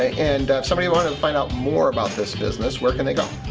and somebody wanting to find out more about this business, where can they go?